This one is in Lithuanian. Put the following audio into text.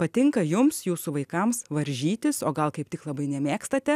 patinka jums jūsų vaikams varžytis o gal kaip tik labai nemėgstate